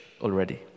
already